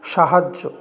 সাহায্য